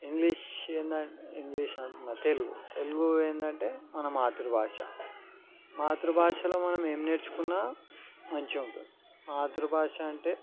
English ఏంటంటే English అంటున్నా తెలుగు తెలుగు ఏంటంటే మన మాతృభాష మాతృభాషలో మనం ఏం నేర్చుకున్న మంచిగా ఉంటుంది మాతృభాష అంటే